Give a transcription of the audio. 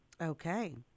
Okay